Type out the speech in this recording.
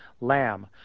lamb